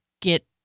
get